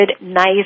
nice